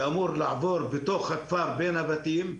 שאמור לעבור בתוך הכפר בין הבתים.